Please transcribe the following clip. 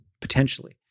potentially